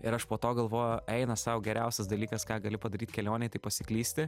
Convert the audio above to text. ir aš po to galvoju eina sau geriausias dalykas ką gali padaryt kelionėj tai pasiklysti